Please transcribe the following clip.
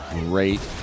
great